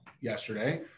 yesterday